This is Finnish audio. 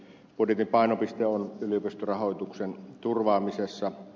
budjetin painopiste on yliopistorahoituksen turvaamisessa